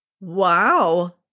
Wow